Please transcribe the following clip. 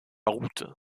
route